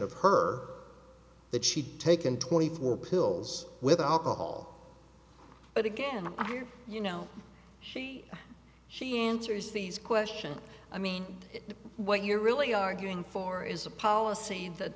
of her that she'd taken twenty four pills with alcohol but again i hear you know she she answers these question i mean what you're really arguing for is a policy that